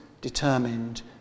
determined